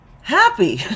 happy